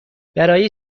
برای